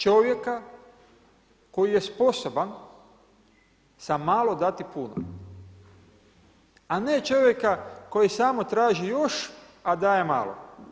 Čovjeka koji je sposoban za malo dati puno, a ne čovjeka koji samo traži još, a daje malo.